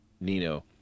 Nino